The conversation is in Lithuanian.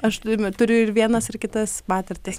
aš turiu ir vienas ir kitas patirtis